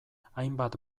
hainbat